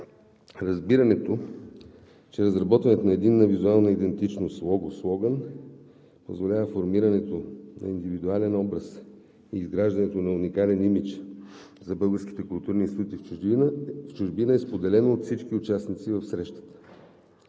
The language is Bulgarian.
Разбирането, че разработването на единна визуална идентичност – лого и слоган, позволява формирането на индивидуален образ и изграждането на уникален имидж за българските културни институти в чужбина е споделено от всички участници в срещата.